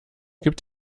gibt